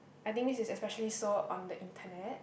I think this is especially so on the Internet